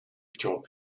job